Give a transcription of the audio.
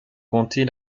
compter